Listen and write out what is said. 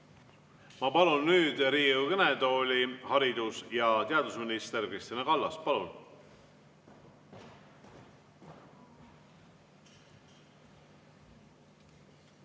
Ma palun nüüd Riigikogu kõnetooli haridus‑ ja teadusminister Kristina Kallase. Palun!